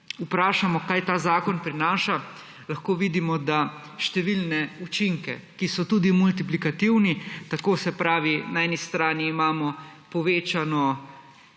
vprašamo, kaj ta zakon prinaša, lahko vidimo, da številne učinke, ki so tudi multiplikativni, se pravi, na eni strani imamo povečano